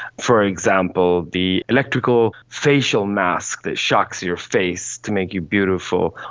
for example, the electrical facial mask that shocks your face to make you beautiful,